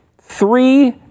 three